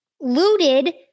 looted